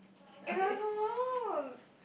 it doesn't work